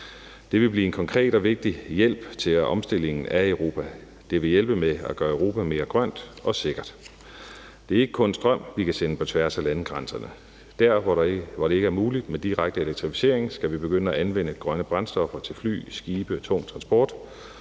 Det vil blive en konkret og vigtig hjælp til omstillingen af Europa. Det vil hjælpe med at gøre Europa mere grønt og sikkert. Det er ikke kun strøm, vi kan sende på tværs af landegrænserne. Der, hvor det ikke er muligt med en direkte elektrificering, skal vi begynde at anvende grønne brændstoffer til fly, skibe og tung transport.